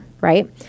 right